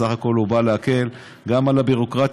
בסך הכול הוא בא להקל גם על הביורוקרטיה